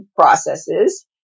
processes